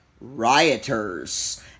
rioters